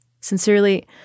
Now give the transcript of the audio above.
Sincerely